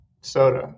soda